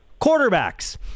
quarterbacks